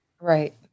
right